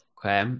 Okay